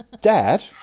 Dad